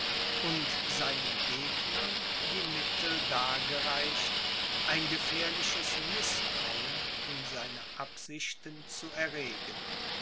und seinen gegnern die mittel dargereicht ein gefährliches mißtrauen in seine absichten zu erregen